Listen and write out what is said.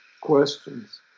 questions